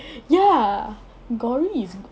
ya gory is good